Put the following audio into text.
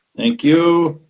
thank you.